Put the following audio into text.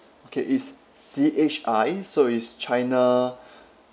okay it's C H I so it's china